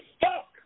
fuck